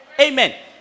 Amen